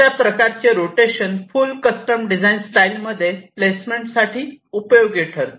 अशा प्रकारचे rotation full custom design style मध्ये हे प्लेसमेंट साठी उपयोगी ठरते